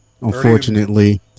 unfortunately